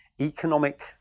economic